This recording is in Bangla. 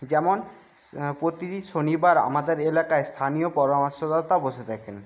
যেমন প্রতি শনিবার আমাদের এলাকায় স্থানীয় পরামর্শদাতা বসে থাকেন